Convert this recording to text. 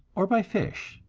or by fish.